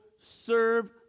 serve